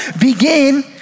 begin